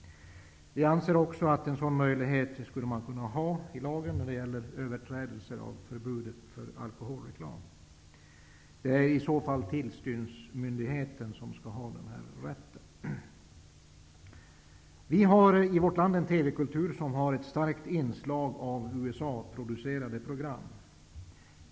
Vi anser också att det skulle kunna finnas en sådan möjlighet i lagen när det gäller överträdelser av förbudet mot alkoholreklam. Det är i så fall tillsynsmyndigheten som skall ha den rätten. Vi har i vårt land en TV-kultur som har ett starkt inslag av USA-producerade program.